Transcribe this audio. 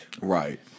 Right